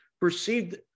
perceived